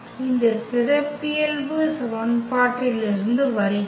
இந்த சிறப்பியல்பு சமன்பாட்டிலிருந்து வருகிறது